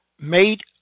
made